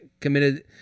committed